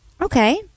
Okay